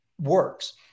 works